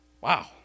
Wow